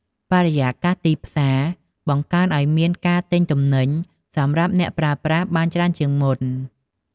បរិយាកាសទីផ្សារស្អាត បង្កើនឲ្យមានការទិញទំនិញសម្រាប់អ្នកប្រើប្រាស់បានច្រើនជាងមុន។